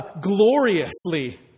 gloriously